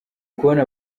kubona